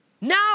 Now